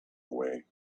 away